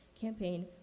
campaign